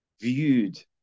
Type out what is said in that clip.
viewed